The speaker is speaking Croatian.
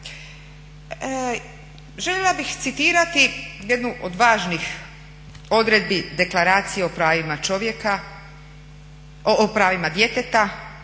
Željela bih citirati jednu od važnih odredbi Deklaracije o pravima djeteta